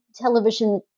television